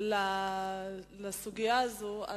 בסוגיה הזאת,